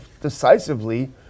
decisively